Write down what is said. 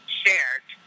shared